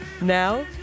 Now